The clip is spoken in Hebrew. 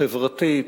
חברתית,